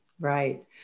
Right